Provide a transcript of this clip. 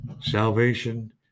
salvation